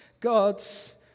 God's